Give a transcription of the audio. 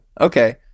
Okay